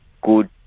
good